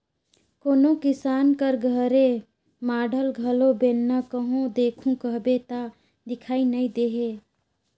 कोनो किसान कर घरे माढ़ल घलो बेलना कहो देखहू कहबे ता दिखई नी देहे